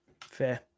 fair